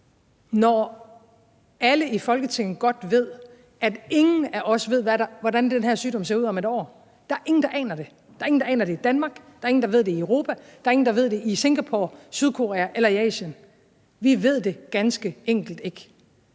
når alle i Folketinget godt ved, at ingen af os ved, hvordan den her sygdom ser ud om 1 år. Der er ingen, der aner det. Der er ingen, der aner det i Danmark. Der er ingen, der ved det i Europa. Der er ingen, der ved det i Singapore, i Sydkorea eller i Asien. Vi ved det ganske enkelt ikke.